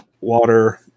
water